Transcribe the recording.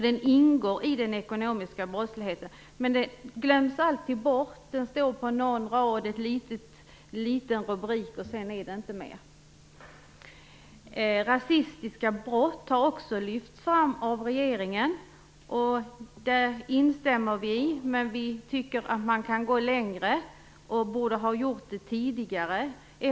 Den ingår i den ekonomiska brottsligheten, men den glöms alltid bort. Den nämns på någon rad med en liten rubrik - sedan är det inte mer. Rasistiska brott har också lyfts fram av regeringen. Vi instämmer, men vi tycker att man kan gå längre och att man borde ha gjort det tidigare.